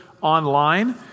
online